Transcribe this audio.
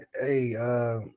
hey